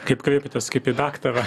kaip kreipėtės kaip į daktarą